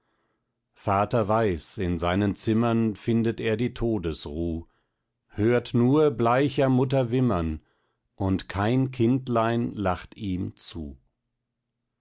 vater weiß in seinen zimmern findet er die todesruh hört nur bleicher mutter wimmern und kein kindlein lacht ihm zu